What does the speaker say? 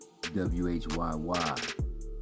WHYY